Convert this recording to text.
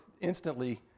instantly